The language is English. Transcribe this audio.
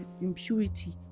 impurity